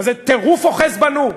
איזה טירוף אוחז בנו?